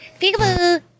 peekaboo